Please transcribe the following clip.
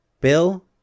Bill